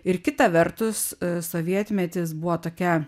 ir kita vertus sovietmetis buvo tokia